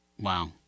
Wow